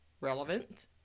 relevant